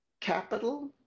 capital